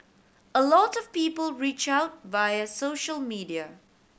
a lot of people reach out via social media